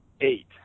eight